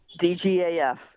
DGAF